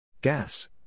Gas